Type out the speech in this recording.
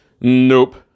Nope